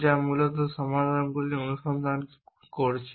যা মূলত সমাধানগুলি অনুসন্ধান করছে